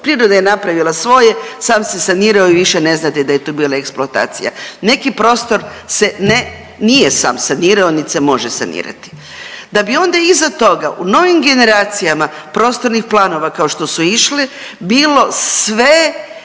priroda je napravila svoje, sam se sanirao i više ne znate da je tu bila eksploatacija. Neki prostor se ne nije sam sam sanirao nit se može sanirati. Da bi onda iza toga u novim generacijama prostornih planova kao što su išli bilo sve